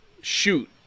shoot